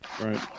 Right